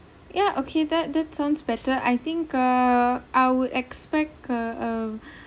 ya okay that that sounds better I think uh I would expect a a